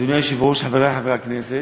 אדוני היושב-ראש, חברי חברי הכנסת,